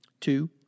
Two